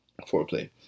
foreplay